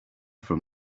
from